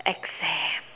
exam